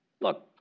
look